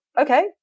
okay